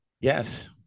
Yes